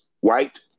white